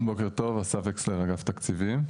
בוקר טוב, אסף וקסלר אגף תקציבים.